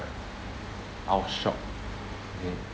I was shocked